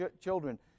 children